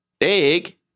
egg